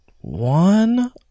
one